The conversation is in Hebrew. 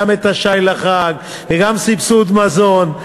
גם את השי לחג וגם סבסוד מזון,